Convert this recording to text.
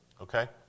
Okay